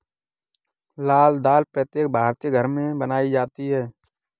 लाल दाल प्रत्येक भारतीय घर में बनाई जाती है